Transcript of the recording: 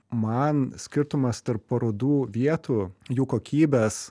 man skirtumas tarp parodų vietų jų kokybės